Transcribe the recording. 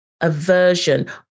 aversion